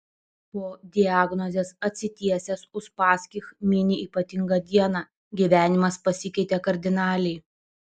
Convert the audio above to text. po diagnozės atsitiesęs uspaskich mini ypatingą dieną gyvenimas pasikeitė kardinaliai